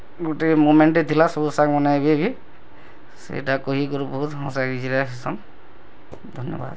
ଗୁଟେ ମୋମେଣ୍ଟ୍ଟେ ଥିଲା ସବୁ ସାଙ୍ଗମାନେ ଏବେବି ସେଇଟା କହିକରି ବହୁତ ହସ ଧନ୍ୟବାଦ